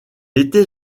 était